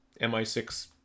MI6